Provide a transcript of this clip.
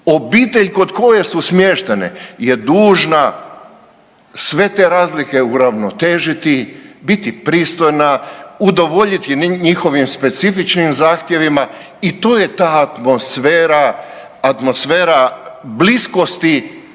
Obitelj kod koje su smještene je dužna sve te razlike uravnotežiti, biti pristojna, udovoljiti njihovim specifičnim zahtjevima i to je ta atmosfera, atmosfera bliskosti